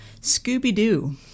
Scooby-Doo